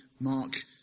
Mark